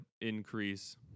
increase